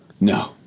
No